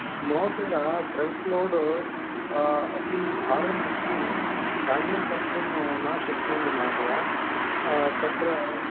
महोदय front load अतिभारं अस्ति हेण्ड्लिङ्ग् कर्तुं न शक्नोमि महोदय तत्र